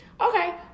Okay